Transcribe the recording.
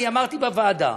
אמרתי בוועדה,